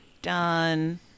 done